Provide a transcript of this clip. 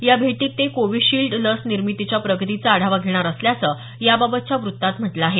या भेटीत ते कोविशिल्ड लस निर्मितीच्या प्रगतीचा आढावा घेणार असल्याचं याबाबतच्या वृत्तात म्हटल आहे